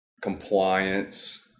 compliance